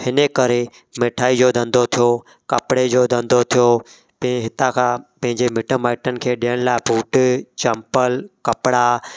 हिन करे मिठाई जो धंधो थियो कपिड़े जो धंधो थियो ते हितां खां पंहिंजे मिटु माइटनि खे ॾियण लाइ बूट चम्पल कपिड़ा